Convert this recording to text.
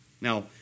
Now